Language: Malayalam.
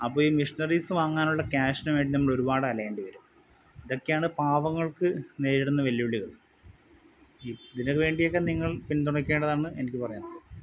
അപ്പോൾ ഈ മെഷീനറിസ് വാങ്ങാനുള്ള ക്യാഷിന് വേണ്ടി നമ്മളൊരുപാട് അലയേണ്ടി വരും ഇതൊക്കെയാണ് പാവങ്ങൾക്ക് നേരിടുന്ന വെല്ലുവിളികൾ ഇതിന് വേണ്ടിയൊക്കെ നിങ്ങൾ പിൻന്തുണയ്ക്കേണ്ടതാണെന്ന് എനിക്ക് പറയാനുള്ളത്